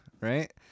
Right